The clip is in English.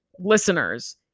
Listeners